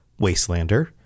wastelander